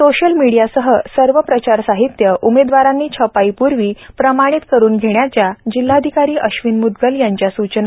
social मीडियासह सर्व प्रचार साहित्य उम्मेदवारांनी छपाईपूर्वी प्रमाणीत करून घेण्याच्या जिल्हाधिकारी अश्विन मुदगल यांच्या सुचना